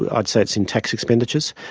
ah i'd say it's in tax expenditures.